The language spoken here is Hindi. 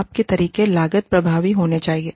माप के तरीके लागत प्रभावी होने चाहिए